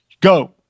go